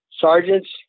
sergeants